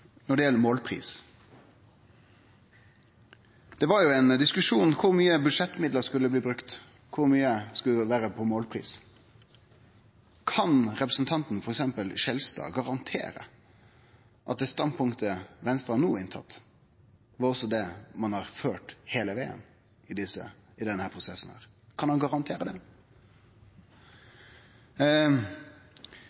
målpris. Det var ein diskusjon om kor mykje budsjettmidlar ein skulle bruke – kor mykje på målpris. Kan f.eks. representanten Skjelstad garantere at det standpunktet Venstre no har, er det ein har hatt heile vegen i denne prosessen? Kan han garantere det? Dersom ein